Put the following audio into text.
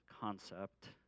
concept